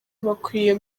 bakwiye